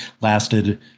lasted